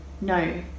no